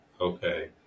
Okay